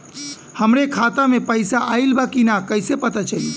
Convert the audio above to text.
हमरे खाता में पैसा ऑइल बा कि ना कैसे पता चली?